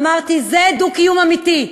אמרתי: זה דו-קיום אמיתי.